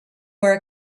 were